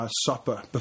supper